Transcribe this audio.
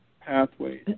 pathways